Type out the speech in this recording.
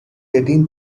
eighteen